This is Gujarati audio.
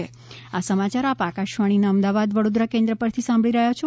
કોરોના અપીલ આ સમાચાર આપ આકાશવાણીના અમદાવાદ વડોદરા કેન્દ્ર પરથી સાંભળી રહ્યા છો